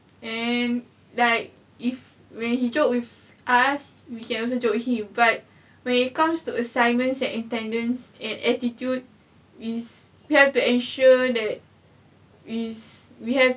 and like if when he joked with us we can also joke him but when it comes to assignments and attendance and attitude is we have to ensure that is we have